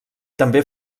també